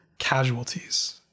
casualties